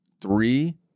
three